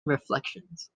reflections